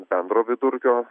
bendro vidurkio